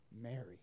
Mary